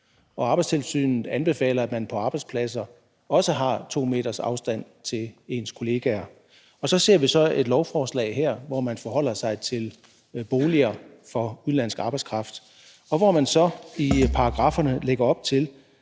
os. Arbejdstilsynet anbefaler, at man på arbejdspladser også har 2 m's afstand til ens kollegaer. Og så ser vi så et lovforslag her, hvor man forholder sig til boliger for udenlandsk arbejdskraft, og hvor man så i paragrafferne lægger op til,